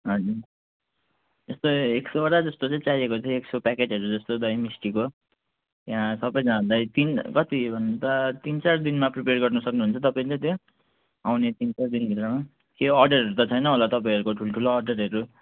हजुर जस्तो एक सयवटा जस्तो चाहिँ चाहिएको थियो एक सय प्याकेटहरू जस्तो दही मिस्टीको त्यहाँ सब जाँदै तिन कति भन्नु त तिन चार दिनमा प्रिपेयर गर्न सक्नु हुन्छ तपाईँले त्यहाँ आउने तिन चार दिन भित्रमा केही अडरहरू त छैन होला तपाईँहरूको ठुल्ठुलो अडरहरू